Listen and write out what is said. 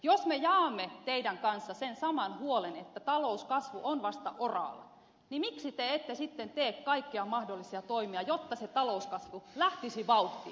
jos me jaamme teidän kanssanne sen saman huolen että talouskasvu on vasta oraalla niin miksi te ette sitten tee kaikkia mahdollisia toimia jotta se talouskasvu lähtisi vauhtiin